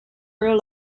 real